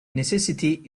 necessity